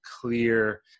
clear